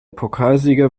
pokalsieger